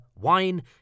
wine